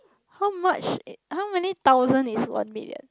how much it how many thousand is one million